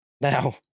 Now